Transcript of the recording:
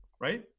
Right